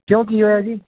ਕਿਉਂ ਕੀ ਹੋਇਆ ਜੀ